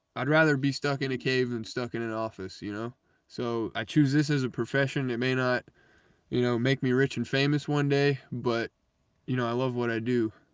i'd rather be stuck in a cave and stuck in an office. you know so i choose this as a profession it may not you know make me rich and famous one day it but you know i love what i do.